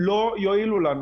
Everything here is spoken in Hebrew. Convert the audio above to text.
הם יסתדרו.